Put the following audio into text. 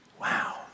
Wow